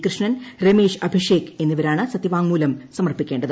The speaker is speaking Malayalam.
കൃഷ്ണൻ രമേശ് അഭിഷേക് എന്നിവരാണ് സത്യവാങ്മൂലം സമർപ്പിക്കേണ്ടത്